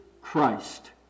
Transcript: Christ